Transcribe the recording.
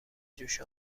جوش